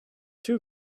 two